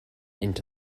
into